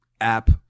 app